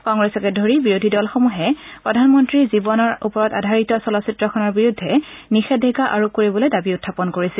কংগ্ৰেছকে ধৰি বিৰোধী দলসমূহে প্ৰধান মন্ত্ৰীৰ জীৱন আধাৰিত চলচিত্ৰখনৰ বিৰুদ্ধে নিষেধাজ্ঞা আৰোপ কৰিবলৈ দাবী উখাপন কৰিছিল